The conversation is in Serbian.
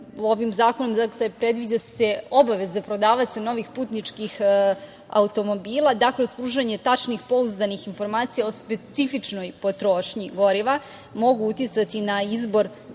ovim zakonom predviđa se obaveza prodavaca novih putničkih automobila da kroz kruženje tačnih, pouzdanih informacija o specifičnoj potrošnji goriva mogu uticati na izbor